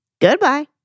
Goodbye